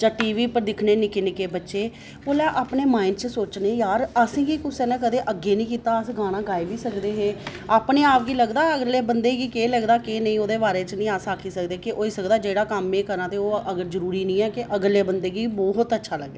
जां टीवी पर दिक्खने निक्के निक्के बच्चे उल्लै अपने माइंड च सोचने यार असेंगी कुसै ने कदें अग्गेै नीं कीता अस गाना गाई बी सकदे हे अपने आप गी लगदा अगले बंदे गी केह् लगदा केह् नेंई ओह्दे बारै च नेईं आक्खी सकदे होई सकदा जेह्ड़ा कम्म में करां एह् जरूरी नेई कि अगले बंदे गी बी बहोत अच्छा लगै